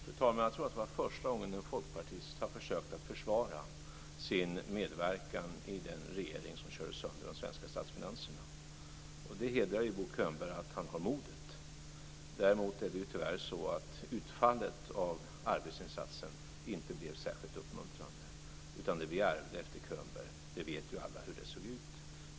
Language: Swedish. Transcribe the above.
Fru talman! Jag tror att det är första gången som en folkpartist har försökt att försvara sin medverkan i den regering som körde sönder de svenska statsfinanserna. Det hedrar Bo Könberg att han har det modet. Däremot är det tyvärr så att utfallet av arbetsinsatsen inte blev särskilt uppmuntrande. Alla vet hur det såg ut som vi ärvde efter Könberg.